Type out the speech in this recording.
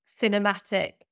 cinematic